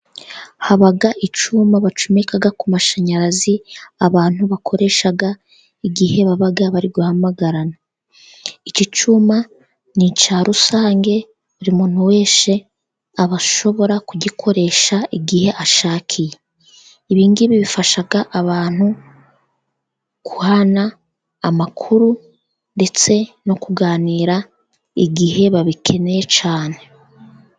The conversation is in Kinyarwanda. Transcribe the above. Haba icyuma bacomeka ku mashanyarazi, abantu bakoresha igihe baba bari guhamagarana. Iki cyuma ni icya rusange, buri muntu wese aba ashobora kugikoresha igihe ashakiye, ibi ngibi bifasha abantu guhana amakuru, ndetse no kuganira igihe babikeneye cyane.